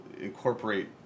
incorporate